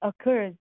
occurs